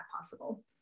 possible